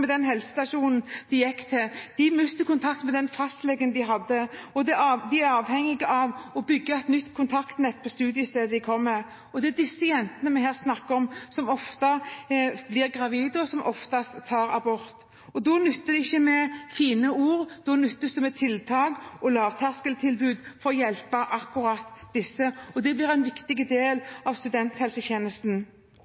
med den helsestasjonen de gikk til, de mister kontakten med den fastlegen de hadde. De er avhengige av å bygge et nytt kontaktnett på det studiestedet de kommer til. Det er de jentene vi her snakker om, som ofte blir gravide, og som oftest tar abort. Da nytter det ikke med fine ord. Da nytter det med tiltak og lavterskeltilbud for å hjelpe akkurat disse. Det blir en viktig del